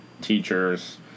teachers